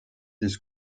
siis